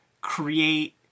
create